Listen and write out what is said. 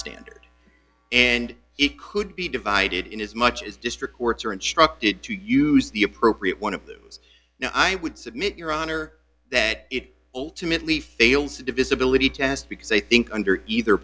standard and it could be divided in as much as district courts are instructed to use the appropriate one of those now i would submit your honor that it ultimately fails to divisibility test because i think under either